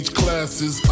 classes